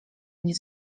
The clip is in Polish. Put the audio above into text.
nie